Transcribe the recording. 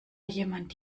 jemand